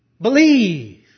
believe